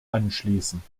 anschließen